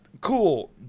cool